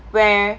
where